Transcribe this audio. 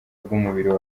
bw’umubiri